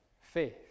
faith